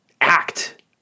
act